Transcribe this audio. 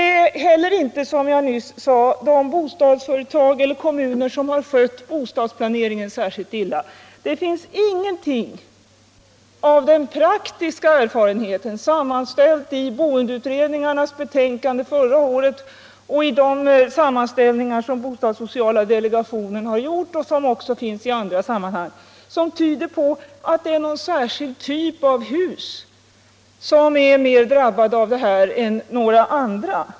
Som jag sade är det inte heller så att de bostadsföretag eller de kommuner som nu har outhyrda lägenheter har skött bostadsplaneringen och miljöfrågorna särskilt illa. Varken i boendeutredningens betänkande förra året eller i de sammanställningar som gjorts av bostadssociala delegationen eller i andra sammanhang finns det t.ex. någonting som tyder på att en särskild typ av hus är mer drabbad än andra.